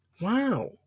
Wow